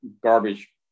garbage